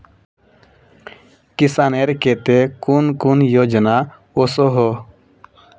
किसानेर केते कुन कुन योजना ओसोहो?